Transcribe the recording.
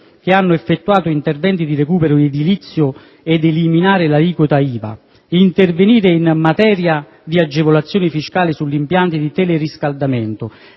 che hanno effettuato interventi di recupero edilizio ed eliminare l'aliquota IVA, intervenire in materia di agevolazioni fiscali sugli impianti di teleriscaldamento,